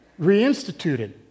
reinstituted